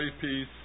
peace